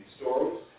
stories